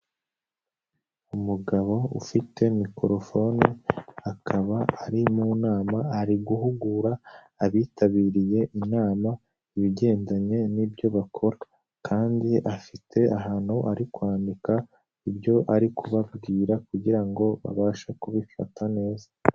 Umugabo ufite microphone, akaba ari mu nama ari guhugura abitabiriye inama ibigendanye n'i nibyo bakora, kandi afite ahantu ari kwandika ibyo ari kubabwira kugira ngo babashe kubifata neza.